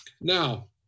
Now